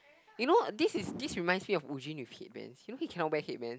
you know this is this reminds me of Eugene with headband he really cannot wear headbands